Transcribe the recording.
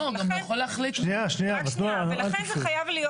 לכן זה חייב להיות,